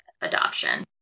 adoption